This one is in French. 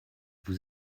vous